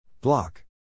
Block